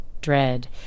dread